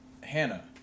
Hannah